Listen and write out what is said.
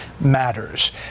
matters